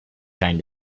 trying